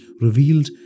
revealed